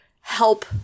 help